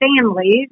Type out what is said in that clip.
families